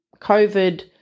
COVID